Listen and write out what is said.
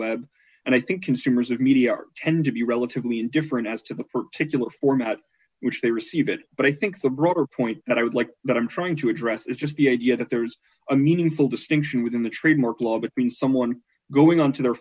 web and i think consumers of media are tend to be relatively indifferent as to the particular format which they receive it but i think the broader point that i would like but i'm trying to address is just the idea that there's a meaningful distinction within the trademark law between someone going on to their